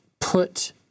put